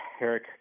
Eric